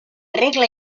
regla